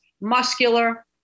muscular